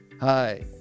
Hi